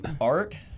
Art